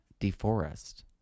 deforest